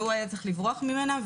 והוא היה צריך לברוח ממנה,